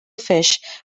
fish